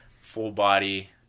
full-body